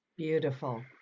Beautiful